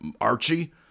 Archie